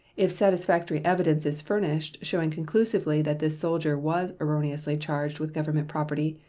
if satisfactory evidence is furnished showing conclusively that this soldier was erroneously charged with government property,